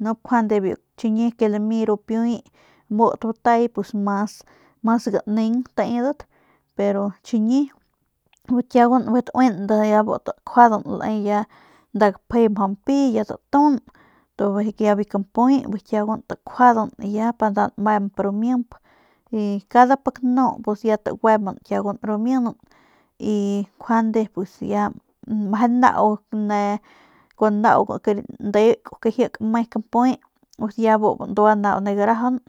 nup njuande ru ke chiñi ke lami ru piuy mut batay mas ganeng teedat pero chiñi kiauguan bijiy taui ya bu takjuadan le ya nda gapje mjau mpi ya tatun y bijiy ke ya gampuy kiauguan takjuadan ya pa nda nmemp ru mimp y ya cada pik nu pus ya taguemban kiuguan ru minan y njuande ya meje nau ne meje nau ke landeuk kame kampuy ya meje nau bu bandua ne garajaunk.